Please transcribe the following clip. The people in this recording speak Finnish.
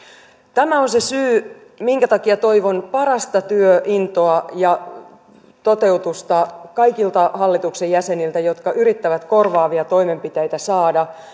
tämä on se syy minkä takia toivon parasta työintoa ja toteutusta kaikilta hallituksen jäseniltä jotka yrittävät korvaavia toimenpiteitä saada